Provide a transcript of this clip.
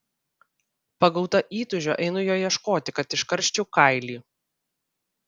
pagauta įtūžio einu jo ieškoti kad iškarščiau kailį